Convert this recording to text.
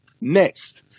Next